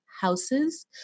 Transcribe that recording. houses